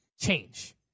change